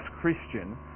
Christian